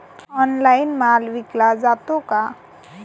Online माल विकला जातो का?